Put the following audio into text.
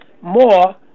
more